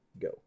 go